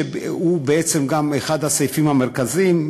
שהוא בעצם גם אחד הסעיפים המרכזיים,